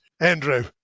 andrew